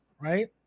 right